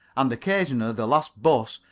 and occasionally the last bus,